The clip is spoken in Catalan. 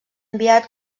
enviat